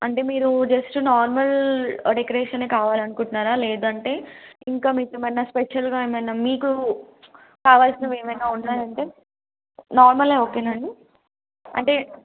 అంటే మీరు just normal డెకరేషనే కావాలనుకుంటున్నారా లేదంటే ఇంకా మీకు ఏమైనా స్పెషల్గా ఏమన్నా మీకు కావాల్సిన ఏమైనా ఉన్నాయంటే నార్మలే ఓకేనండి అంటే